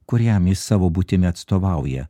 kuriam jis savo būtimi atstovauja